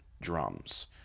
drums